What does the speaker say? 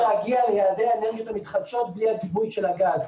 אי אפשר להגיע ליעדי האנרגיות המתחדשות בלי הגיבוי של הגז.